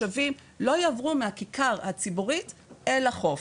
מדברים כל הזמן איך תושבים לא יעברו מהכיכר הציבורית אל החוף.